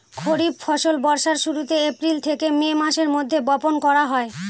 খরিফ ফসল বর্ষার শুরুতে, এপ্রিল থেকে মে মাসের মধ্যে, বপন করা হয়